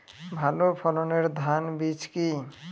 ভালো ফলনের ধান বীজ কি?